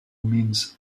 means